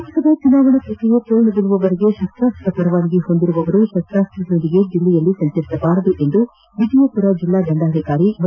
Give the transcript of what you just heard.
ಲೋಕಸಭಾ ಚುನಾವಣಾ ಪ್ರಕ್ರಿಯೆ ಪೂರ್ಣಗೊಳ್ಳುವವರೆಗೆ ಶಸ್ತ್ರಾಸ್ತ್ರ ಪರವಾನಗಿ ಹೊಂದಿರುವವರು ಶಸ್ತ್ರಾಸ್ತ್ರಗಳೊಂದಿಗೆ ಜಿಲ್ಲೆಯಲ್ಲಿ ಸಂಚರಿಸಬಾರದು ಎಂದು ವಿಜಯಪುರ ಜಿಲ್ಲಾ ದಂಡಾಧಿಕಾರಿ ವೈ